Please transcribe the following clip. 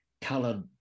colored